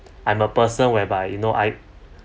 I'm a person whereby you know I